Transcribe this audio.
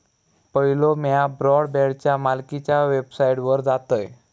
पयलो म्या ब्रॉडबँडच्या मालकीच्या वेबसाइटवर जातयं